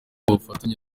bufatanye